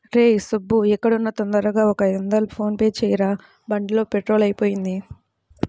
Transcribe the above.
రేయ్ సుబ్బూ ఎక్కడున్నా తొందరగా ఒక ఐదొందలు ఫోన్ పే చెయ్యరా, బండిలో పెట్రోలు అయిపొయింది